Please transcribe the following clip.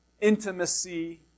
intimacy